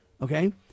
okay